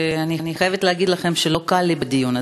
אני חייבת להגיד לכם שלא קל לי בדיון הזה.